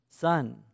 son